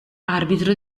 arbitro